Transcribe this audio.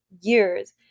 years